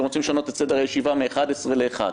רוצים לשנות את סדר הישיבה מ-11:00 ל-13:00.